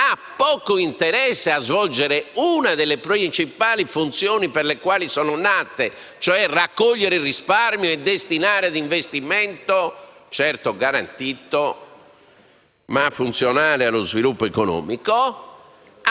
hanno poco interesse a svolgere una delle principali funzioni per le quali sono nati, cioè raccogliere il risparmio e destinarlo ad investimenti, certo garantiti, ma funzionali allo sviluppo economico.